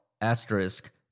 asterisk